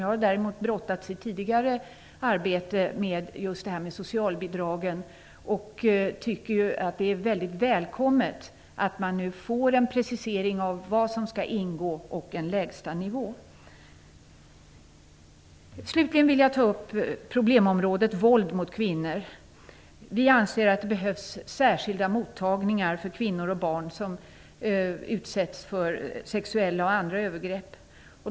Jag har däremot i tidigare arbeten brottats med just socialbidragen, och jag tycker att det är väldigt välkommet att man nu får en precisering av vad som skall ingå och en lägsta nivå. Slutligen vill jag ta upp problemområdet våld mot kvinnor. Vi anser att det behövs särskilda mottagningar för kvinnor och barn som utsätts för sexuella och andra övergrepp.